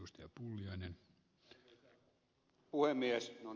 no nyt toimivat laitteetkin